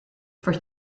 for